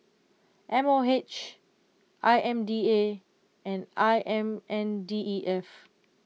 M O H I M D A and I M N D E F